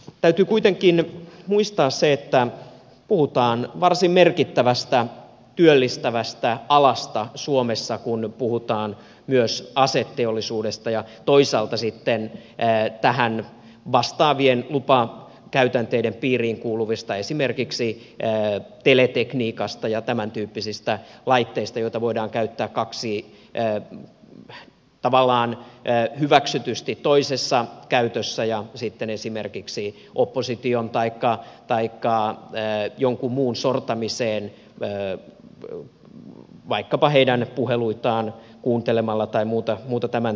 täytyy kuitenkin muistaa se että puhutaan varsin merkittävästä työllistävästä alasta suomessa kun puhutaan aseteollisuudesta ja toisaalta sitten tähän vastaavien lupakäytänteiden piiriin kuuluvista esimerkiksi teletekniikasta ja tämäntyyppisistä laitteista joita voidaan käyttää tavallaan hyväksytysti toisessa käytössä ja sitten esimerkiksi opposition taikka jonkun muun sortamiseen vaikkapa heidän puheluidensa kuunteluun tai muuhun tämäntyyppiseen